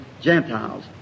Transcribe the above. Gentiles